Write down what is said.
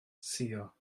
suo